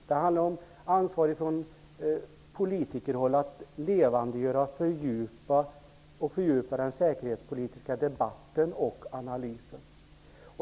Vidare handlar det om ansvar från politiker att levandegöra och fördjupa den säkerhetspolitiska debatten och analysen.